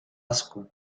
asco